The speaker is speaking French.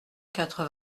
quatre